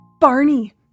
Barney